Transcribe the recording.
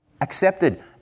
accepted